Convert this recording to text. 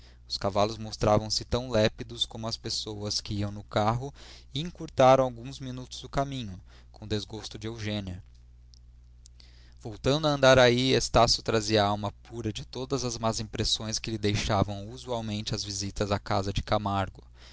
os cavalos mostravam-se tão lépidos como as pessoas que iam no carro e encurtaram alguns minutos o caminho com desgosto de eugênia voltando a andaraí estácio trazia a alma pura de todas as más impressões que lhe deixavam usualmente as visitas à casa de camargo